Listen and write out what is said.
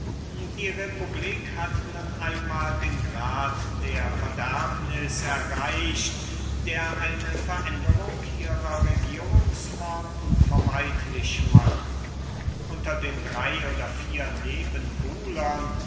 die republik hat nun einmahl den grad der verderbniß erreicht der eine veränderung ihrer regierungsform unvermeidlich macht unter den drey oder vier